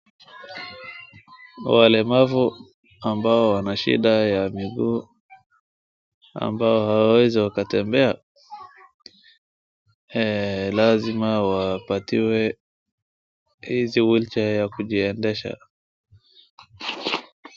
Walemavu ambao Wana shida ya miguu, ambao hawawezi wakatembea lazima wapatiwe hizi wheelchair ya kujiendesha.